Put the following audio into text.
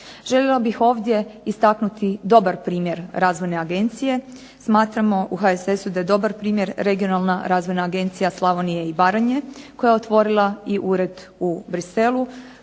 Željela bih ovdje istaknuti dobar primjer razvojne agencije. Smatramo u HSS-u da je dobar primjer Regionalna razvojna agencija Slavonije i Baranje koja je otvorila i ured u Bruxellesu.